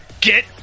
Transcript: Get